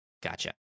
Gotcha